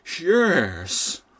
Yes